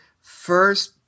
first